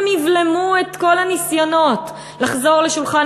הם יבלמו את כל הניסיונות לחזור לשולחן